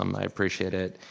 um i appreciate it.